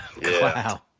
wow